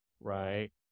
right